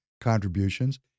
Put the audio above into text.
contributions